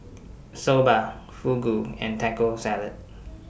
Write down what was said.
Soba Fugu and Taco Salad